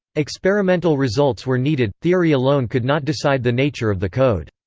experimental results were needed theory alone could not decide the nature of the code.